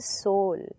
soul